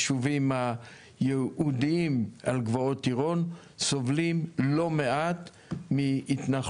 הישובים היהודים על גבעות עירון סובלים לא מעט מהתנחלויות.